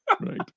right